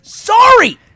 Sorry